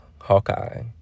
Hawkeye